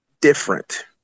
different